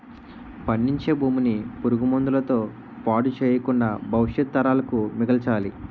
పండించే భూమిని పురుగు మందుల తో పాడు చెయ్యకుండా భవిష్యత్తు తరాలకు మిగల్చాలి